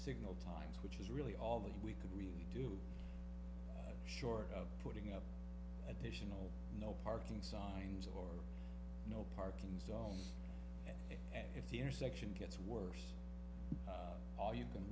signal times which is really all we could mean you do short of putting up additional no parking songs or a no parking zone and if the intersection gets worse all you can